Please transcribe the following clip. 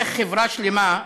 איך חברה שלמה,